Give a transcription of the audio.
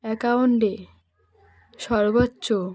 অ্যাকাউন্টে সর্বোচ্চ